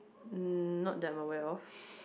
not that I'm aware of